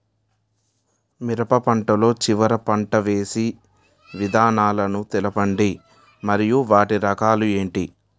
మిరప లో చివర పంట వేసి విధానాలను తెలపండి మరియు వాటి రకాలు ఏంటి